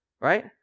Right